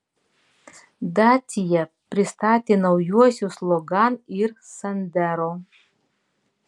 dacia pristatė naujuosius logan ir sandero